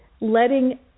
letting